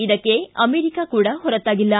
ಇದಕ್ಕೆ ಅಮೆರಿಕ ಕೂಡ ಹೊರತಾಗಿಲ್ಲ